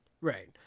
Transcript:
Right